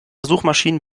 suchmaschinen